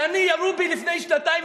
שאני ירו בי לפני שנתיים,